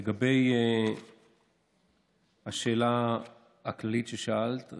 לגבי השאלה הכללית ששאלת,